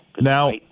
Now